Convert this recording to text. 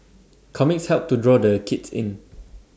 comics help to draw the kids in